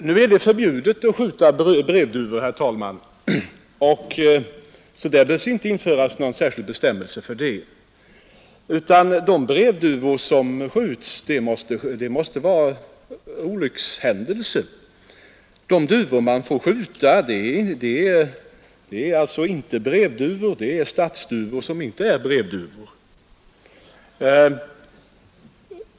Herr talman! Det är förbjudet att skjuta brevduvor, och därför behöver vi inte införa någon särskild bestämmelse i det fallet. Det måste alltså vara ren olyckshändelse om brevduvor blir skjutna. De duvor som får skjutas är de stadsduvor som inte är brevduvor.